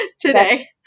today